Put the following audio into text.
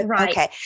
Okay